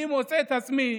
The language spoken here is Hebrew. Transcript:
אני מוצא את עצמי